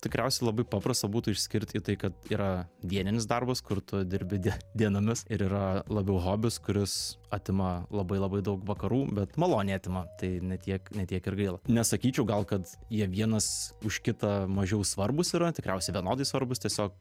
tikriausiai labai paprasta būtų išskirti į tai kad yra dieninis darbas kur tu dirbi die dienomis ir yra labiau hobis kuris atima labai labai daug vakarų bet maloniai atima tai ne tiek ne tiek ir gaila nesakyčiau gal kad jie vienas už kitą mažiau svarbūs yra tikriausiai vienodai svarbūs tiesiog